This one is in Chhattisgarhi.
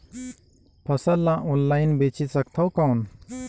फसल ला ऑनलाइन बेचे सकथव कौन?